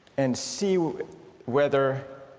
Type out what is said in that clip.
and see whether